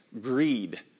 greed